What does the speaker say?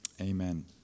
Amen